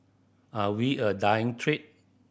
are we a dying trade